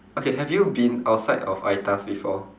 okay have you been outside of ITAS before